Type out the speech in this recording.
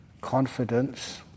confidence